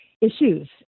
issues